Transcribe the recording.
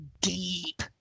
deep